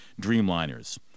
Dreamliners